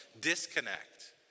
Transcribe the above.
disconnect